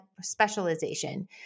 specialization